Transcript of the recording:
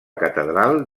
catedral